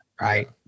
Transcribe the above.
right